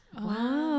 Wow